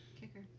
Kicker